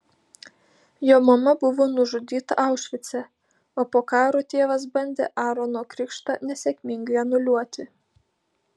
jo mama buvo nužudyta aušvice o po karo tėvas bandė aarono krikštą nesėkmingai anuliuoti